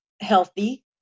healthy